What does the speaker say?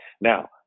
Now